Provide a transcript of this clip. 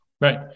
right